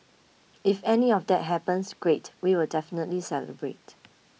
if any of that happens great we will definitely celebrate